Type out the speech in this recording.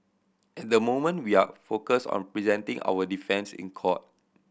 and the moment we are focused on presenting our defence in court